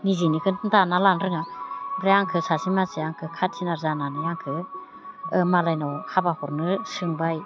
निजेनिखौनो दाना लानो रोङा ओमफ्राय आंखो सासे मानसिया आंखो खाथिनार जानानै आंखौ मालायनाव हाबा हरनो सोंबाय